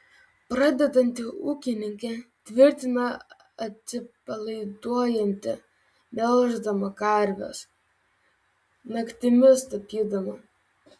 pradedanti ūkininkė tvirtina atsipalaiduojanti melždama karves naktimis tapydama